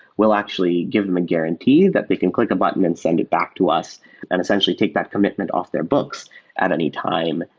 we'll actually give them a guarantee that they can click a button and send it back to us and essentially take that commitment off their books at any time.